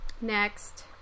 Next